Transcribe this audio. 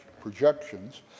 projections